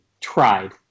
tried